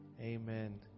Amen